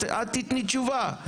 אז את תתני תשובה,